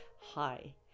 Hi